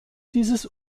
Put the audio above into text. dieses